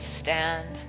stand